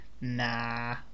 nah